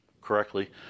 correctly